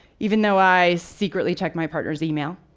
even though i secretly check my partner's email.